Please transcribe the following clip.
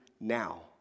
now